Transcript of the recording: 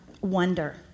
wonder